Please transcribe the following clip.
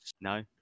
No